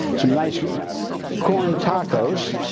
some nice corn tacos.